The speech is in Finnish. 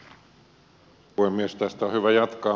tästä on hyvä jatkaa